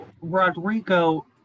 Rodrigo